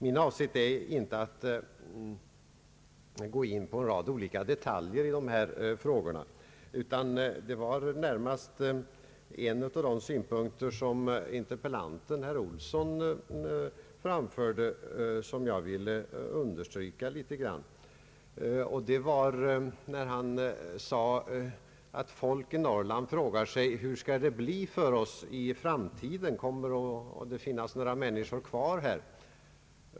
Min avsikt är inte att gå in på en rad olika detaljer i dessa frågor, utan det är närmast en av de synpunkter som interpellanten, herr Olsson, framförde som jag vill understryka något. Han sade att folk i Norrland frågar sig hur det skall bli i framtiden. Kommer det att finnas några människor kvar där?